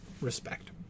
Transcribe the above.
respect